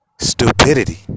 stupidity